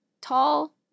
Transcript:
tall